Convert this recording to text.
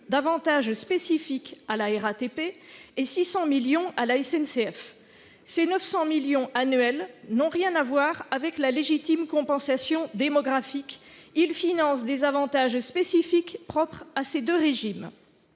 d'avantages spécifiques à la RATP et 600 millions d'euros à la SNCF. Ce montant annuel de 900 millions d'euros n'a rien à voir avec la légitime compensation démographique. Il finance des avantages spécifiques propres à ces deux régimes.